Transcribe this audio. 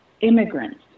immigrants